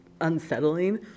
unsettling